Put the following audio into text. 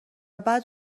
بعد